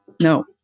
No